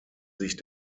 sich